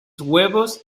huevos